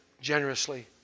generously